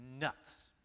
nuts